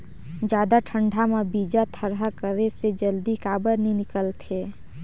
जादा ठंडा म बीजा थरहा करे से जल्दी काबर नी निकलथे?